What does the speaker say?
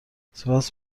سپس